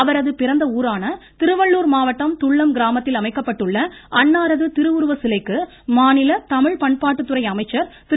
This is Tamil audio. அவரது பிறந்த ஊரான திருவள்ளுர் மாவட்டம் துல்லம் கிராமத்தில் அமைக்கப்பட்டுள்ள அன்னாரது திருவுருவ சிலைக்கு மாநில தமிழ் பண்பாட்டுத்துறை அமைச்சர் திரு